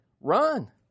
run